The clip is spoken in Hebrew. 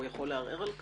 הוא יכול לערער על כך?